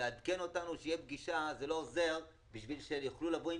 לעדכן אותנו שיש פגישה זה לא עוזר בשביל שהם יוכלו לבוא עם